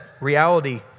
reality